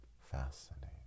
fascinating